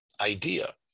idea